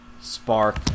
spark